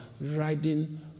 riding